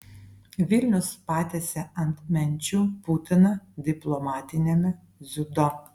vilnius patiesė ant menčių putiną diplomatiniame dziudo